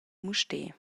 mustér